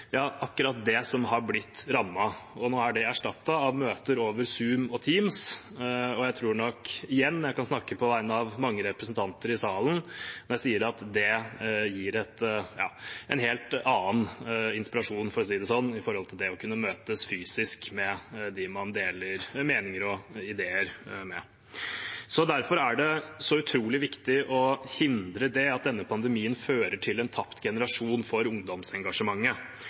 blitt rammet. Nå er det erstattet av møter over Zoom og Teams. Jeg tror nok, igjen, jeg kan snakke på vegne av mange representanter i salen når jeg sier at det gir en helt annen inspirasjon, for å si det sånn, i forhold til det å kunne møtes fysisk med dem man deler meninger og ideer med. Derfor er det så utrolig viktig å hindre at denne pandemien fører til en tapt generasjon for ungdomsengasjementet,